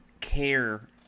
care